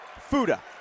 Fuda